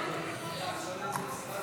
לסעיף 45 בדבר